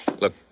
Look